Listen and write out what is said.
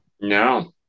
No